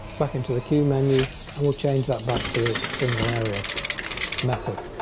back into the q menu and we'll change that back to the single area method.